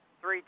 three